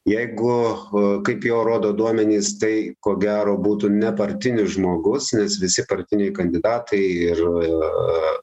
jeigu chu kaip jau rodo duomenys tai ko gero būtų nepartinis žmogus nes visi partiniai kandidatai ir